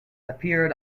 appeared